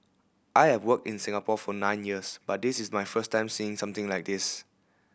I have worked in Singapore for nine years but this is my first time seeing something like this